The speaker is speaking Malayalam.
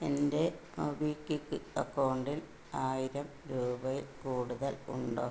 എൻ്റെ മൊബിക്വിക്ക് അക്കൗണ്ടിൽ ആയിരം രൂപയിൽ കൂടുതൽ ഉണ്ടോ